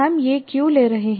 हम ये क्यों ले रहे हैं